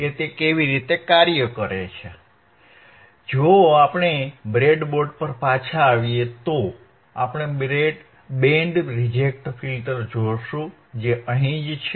તેથી જો આપણે બ્રેડબોર્ડ પર પાછા આવીએ તો આપણે બેન્ડ રિજેક્ટ ફિલ્ટર જોશું જે અહીં જ છે